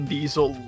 Diesel